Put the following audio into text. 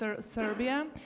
Serbia